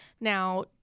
Now